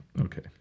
Okay